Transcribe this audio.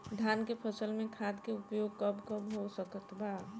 धान के फसल में खाद के उपयोग कब कब हो सकत बा?